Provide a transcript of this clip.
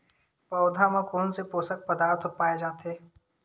पौधा मा कोन से पोषक पदार्थ पाए जाथे?